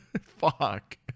fuck